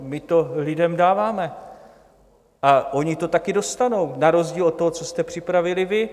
My to lidem dáváme a oni to taky dostanou na rozdíl od toho, co jste připravili vy.